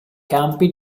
campi